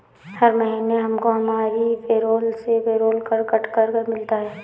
हर महीने हमको हमारी पेरोल से पेरोल कर कट कर मिलता है